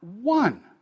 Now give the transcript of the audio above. one